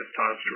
testosterone